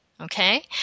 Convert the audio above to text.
Okay